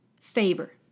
favor